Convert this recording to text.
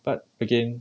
but again